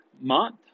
month